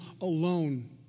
alone